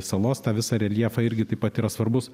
salos tą visą reljefą irgi taip pat yra svarbus